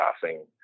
passing